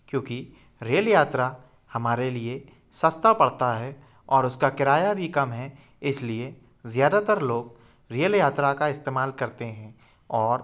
क्योंकि रेल यात्रा हमारे लिए सस्ती पड़ती है और उसका किराया भी कम है इस लिए ज़्यादातर लोग रेल यात्रा का इस्तेमाल करते हैं और